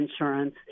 insurance